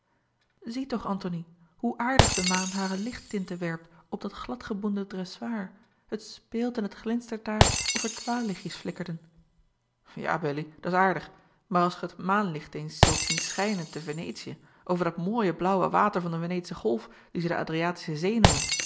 zie toch antony hoe aardig de maan hare lichttinten werpt op dat gladgeboende dressoor het speelt en het glinstert daar of er dwaallichtjes flikkerden ja belie dat is aardig maar als gij het maanlicht eens zult zien schijnen te venetië over dat mooie blauwe water van de veneetsche golf die ze de adriatische zee